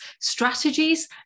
strategies